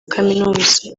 kaminuza